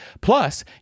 Plus